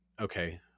okay